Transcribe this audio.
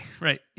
right